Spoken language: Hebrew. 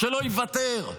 ושלא יוותר.